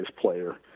player